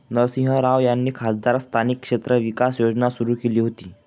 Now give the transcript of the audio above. नरसिंह राव यांनी खासदार स्थानिक क्षेत्र विकास योजना सुरू केली होती